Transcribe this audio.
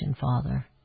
Father